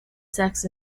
sex